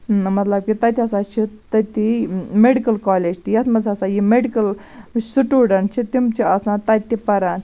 مَطلَب کہِ تَتہِ ہَسا چھ تٔتی میٚڈِکٕل کالج تہِ یتھ مَنٛز ہَسا یہِ میٚڈِکٕل سٹوڈَنٹ چھِ تِم چھِ آسان تَتہِ پَران